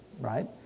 right